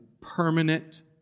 permanent